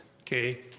Okay